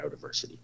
biodiversity